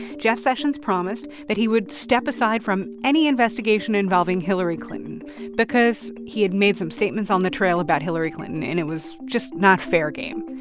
jeff sessions promised that he would step aside from any investigation involving hillary clinton because he had made some statements on the trail about hillary clinton, and it was just not fair game.